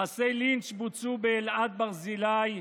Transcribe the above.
מעשי לינץ' בוצעו באלעד ברזילי,